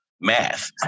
math